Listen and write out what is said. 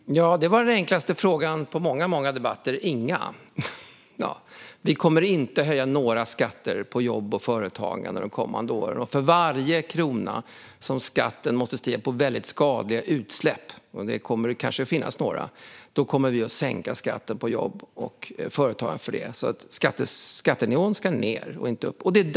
Herr talman! Det var den enklaste frågan att besvara på många debatter: Inga. Vi kommer inte att höja några skatter på jobb och företagande de kommande åren. För varje krona som skatten måste stiga för väldigt skadliga utsläpp - och det kommer kanske att finnas några - kommer vi att sänka skatten på jobb och företagande. Skattenivån ska alltså ned och inte upp.